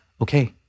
okay